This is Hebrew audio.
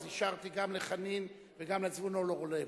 אז אישרתי גם לחנין וגם לזבולון אורלב.